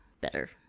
better